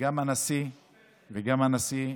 וגם הנשיא,